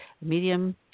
medium